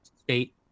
State